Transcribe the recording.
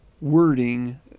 wording